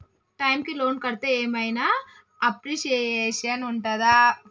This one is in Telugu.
టైమ్ కి లోన్ కడ్తే ఏం ఐనా అప్రిషియేషన్ ఉంటదా?